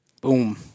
Boom